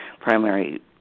primary